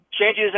changes